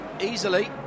easily